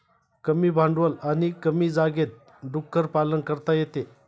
कमी भांडवल आणि कमी जागेत डुक्कर पालन करता येते